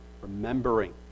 Remembering